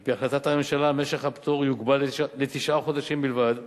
על-פי החלטת הממשלה משך הפטור יוגבל לתשעה חודשים בלבד,